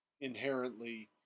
inherently